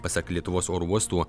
pasak lietuvos oro uostų